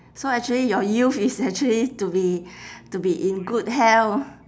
so actually your youth is actually to be to be in good health